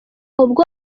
ubwo